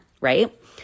Right